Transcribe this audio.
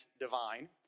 divine